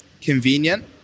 convenient